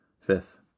Fifth